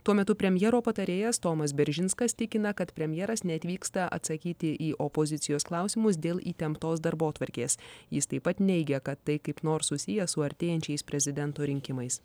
tuo metu premjero patarėjas tomas beržinskas tikina kad premjeras neatvyksta atsakyti į opozicijos klausimus dėl įtemptos darbotvarkės jis taip pat neigia kad tai kaip nors susiję su artėjančiais prezidento rinkimais